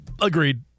Agreed